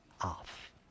off